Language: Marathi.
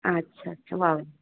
अच्छा अच्छा वाव